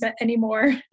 anymore